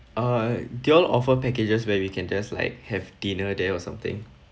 uh do you all offer packages where we can just like have dinner there or something